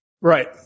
right